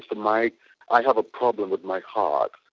but mike i have a problem with my heart,